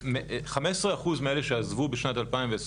15% מאלה שעזבו בשנת 2020,